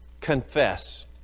confess